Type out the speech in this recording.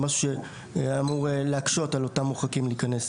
זה משהו שאמור להקשות על אותם מורחקים להיכנס